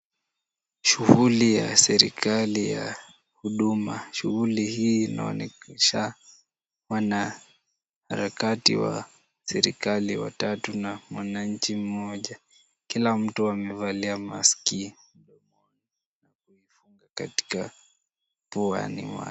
Shughuli ya serikali ya huduma. Shughuli hii inaonyesha wanaharakati wa serikali watatu na mwananchi mmoja. Kila mtu amevalia maski katika puani mwake.